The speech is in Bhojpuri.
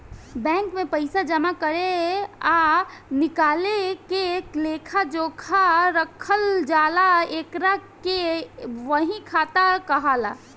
बैंक में पइसा जामा करे आ निकाले के लेखा जोखा रखल जाला एकरा के बही खाता कहाला